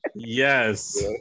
Yes